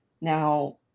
now